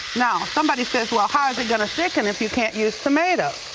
now, somebody says well how's it gonna thicken if you can't use tomato?